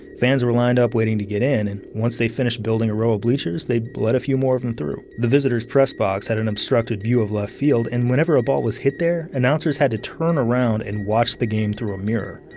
fans were lined up waiting to get in and once they finished building a row of bleachers, they'd let a few more of em through. the visitors press box had an obstructed view of left field and whenever a ball was hit there, announcers had to turn around and watch the game through a mirror.